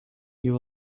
you